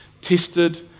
tested